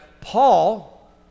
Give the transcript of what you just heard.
Paul